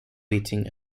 waiting